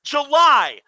July